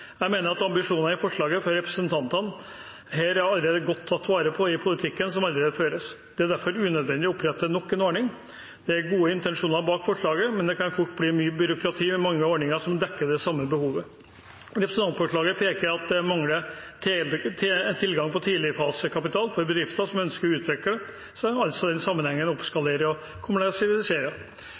Jeg mener at ambisjonene i forslaget fra representantene er godt tatt vare på gjennom politikken som allerede føres. Det er derfor unødvendig å opprette nok en ordning. Det er gode intensjoner bak forslaget, men det kan fort bli mye byråkrati med mange ordninger som dekker det samme behovet. Representantforslaget peker på at det mangler tilgang på tidligfase-kapital for bedrifter som ønsker å utvikle seg, noe som i denne sammenheng betyr å oppskalere og